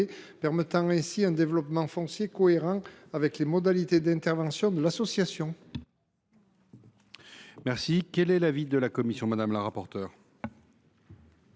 permettant ainsi un développement foncier cohérent avec les modalités d’intervention de l’association. Quel est l’avis de la commission ? Comme cet amendement